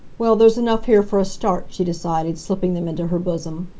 well, there's enough here for a start, she decided, slipping them into her bosom.